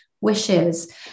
wishes